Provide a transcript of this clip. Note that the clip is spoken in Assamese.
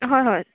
হয় হয়